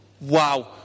Wow